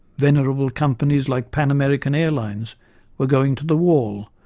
venerable companies like pan american airlines were going to the wall,